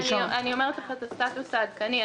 אני אומרת לך את הסטטוס העדכני: